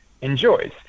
enjoys